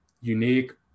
unique